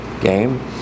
game